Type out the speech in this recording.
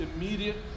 immediate